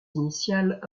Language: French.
initiales